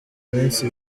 minsi